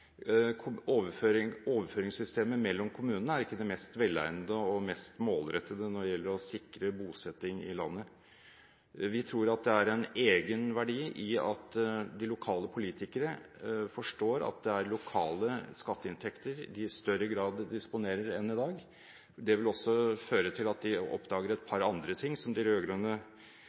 næringssvake strøk. Overføringssystemet mellom kommunene er ikke det mest velegnede og målrettede når det gjelder å sikre bosetting i landet. Vi tror at det er en egenverdi i at de lokale politikerne forstår at det er lokale skatteinntekter de i større grad disponerer enn i dag. Det vil også føre til at de oppdager et par andre ting som